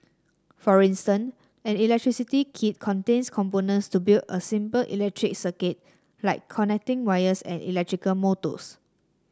for instance an electricity kit contains components to build a simple electric circuit like connecting wires and electrical motors